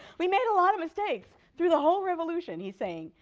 we made a lot of mistakes through the whole revolution, he's saying.